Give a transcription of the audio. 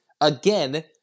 again